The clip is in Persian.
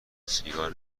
سیگار